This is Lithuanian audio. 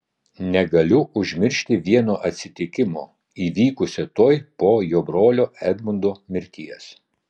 negaliu užmiršti vieno atsitikimo įvykusio tuoj po jo brolio edmundo mirties